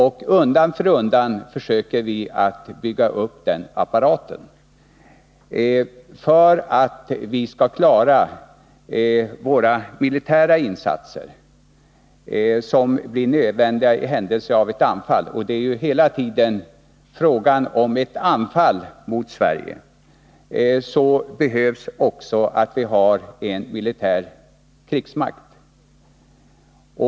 Undan för undan försöker vi bygga upp den apparaten. För att klara våra militära insatser som blir nödvändiga i händelse av ett anfall — det är ju hela tiden fråga om ett anfall mot Sverige — behöver vi också ha en militär krigsmakt.